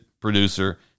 Producer